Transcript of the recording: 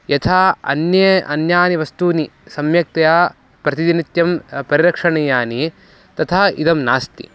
यथा अन्ये अन्यानि वस्तूनि सम्यक्तया प्रतिनित्यं परिरक्षणीयानि तथा इदं नास्ति